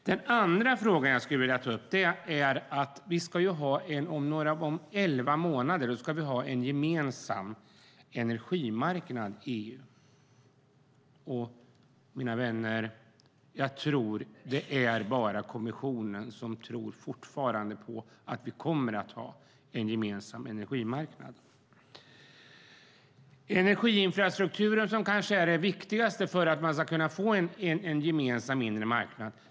Den andra frågan jag vill ta upp gäller att det om elva månader ska finnas en gemensam energimarknad i EU. Mina vänner! Det är bara kommissionen som fortfarande tror att vi kommer att ha en gemensam energimarknad. Energiinfrastrukturen är viktigast för att det ska bli en gemensam inre marknad.